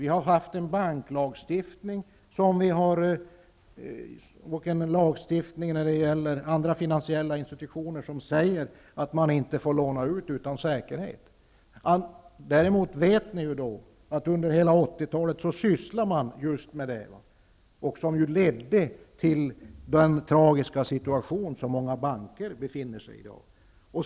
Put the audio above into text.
Vi har en banklagstiftning och en lagstiftning beträffande andra finansiella institutioner som säger att man inte får låna ut pengar utan säkerhet. Men vi vet ju att man under hela 80-talet sysslade med just sådant. Detta ledde sedan till den tragiska situation som många banker befinner sig i i dag.